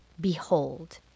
Behold